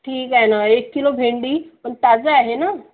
ठीक आहे ना एक किलो भेंडी पण ताजे आहे ना